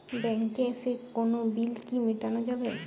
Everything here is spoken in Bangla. ব্যাংকে এসে কোনো বিল কি মেটানো যাবে?